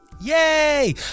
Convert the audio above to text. Yay